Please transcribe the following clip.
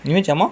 你会什么